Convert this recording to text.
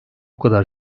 kadar